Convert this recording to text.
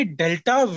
delta